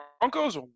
Broncos